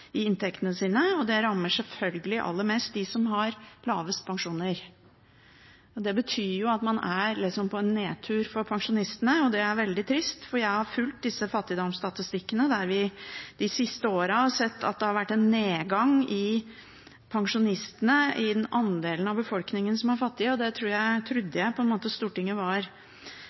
inntektene sine. Det rammer selvfølgelig aller mest dem som har lavest pensjon. Det betyr at man er på en nedtur for pensjonistene, og det er veldig trist, for jeg har fulgt fattigdomsstatistikkene, der vi de siste årene har sett at det har vært en nedgang i antall pensjonister i den andelen av befolkningen som er fattig. Det trodde jeg